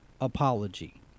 apology